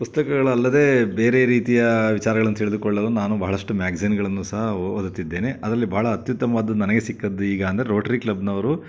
ಪುಸ್ತಕಗಳಲ್ಲದೇ ಬೇರೆ ರೀತಿಯ ವಿಚಾರಗಳನ್ನು ತಿಳಿದುಕೊಳ್ಳಲು ನಾನು ಬಹಳಷ್ಟು ಮ್ಯಾಗ್ಜಿನ್ಗಳನ್ನು ಸಹ ಓದುತ್ತಿದ್ದೇನೆ ಅದರಲ್ಲಿ ಭಾಳ ಅತ್ಯುತ್ತಮವಾದದ್ದು ನನಗೆ ಸಿಕ್ಕಿದ್ದು ಈಗ ಅಂದ್ರೆ ರೋಟ್ರಿ ಕ್ಲಬ್ನವರು